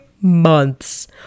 months